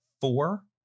four